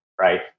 right